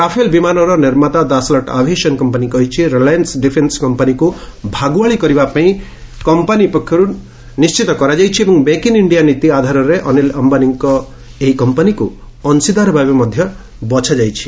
Rafale ବିମାନର ନିର୍ମାତା Dassault aviation company କହିଛି ରିଲାଏନ୍ସ୍ ଡିଫେନ୍ସ୍ କମ୍ପାନୀକୁ ଭାଗୁଆଳି କରିବାପାଇଁ କମ୍ପାନୀ ପକ୍ଷରୁ ନିଶ୍ଚିତ କରାଯାଇଛି ଏବଂ ମେକ୍ ଇନ୍ ଇଷ୍ଡିଆ ନୀତି ଆଧାରରେ ଅନିଲ୍ ଅମ୍ଘାନୀଙ୍କ ଏହି କମ୍ପାନୀକୁ ଅଂଶୀଦାର ଭାବେ ବଛାଯାଇଛି